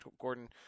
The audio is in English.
Gordon